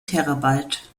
terabyte